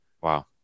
Wow